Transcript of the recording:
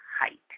height